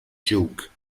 joke